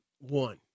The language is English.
one